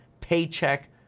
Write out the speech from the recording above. paycheck